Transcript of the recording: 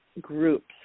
groups